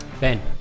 ben